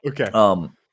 Okay